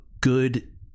good